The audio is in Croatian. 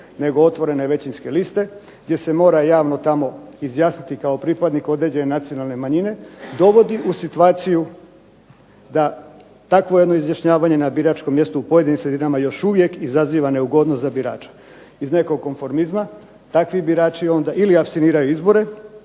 nego otvorene većinske liste gdje se mora javno tamo izjasniti kao pripadnik određene nacionalne manjine, dovodi u situaciju da takvo jedno izjašnjavanje na biračkom mjestu u pojedinim sredinama još uvijek izaziva neugodnost za birača. Iz nekog konformizma takvi birači onda ili apstiniraju izbore